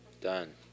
Done